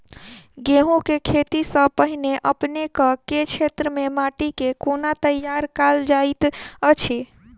गेंहूँ केँ खेती सँ पहिने अपनेक केँ क्षेत्र मे माटि केँ कोना तैयार काल जाइत अछि?